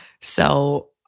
So-